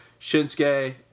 Shinsuke